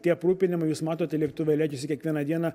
tie aprūpinimai jūs matote lėktuvai leidžiasi kiekvieną dieną